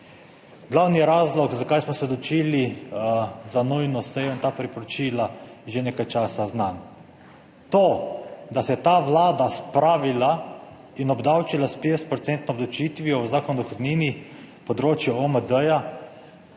Glavni razlog zakaj smo se odločili za nujno sejo in ta priporočila, je že nekaj časa znan. To, da se je ta Vlada spravila in obdavčila s 50 % obdavčitvijo v Zakonu o dohodnini, področju OMD,